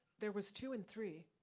there was two and three.